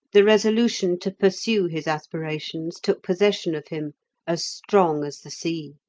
the resolution to pursue his aspirations took possession of him as strong as the sea.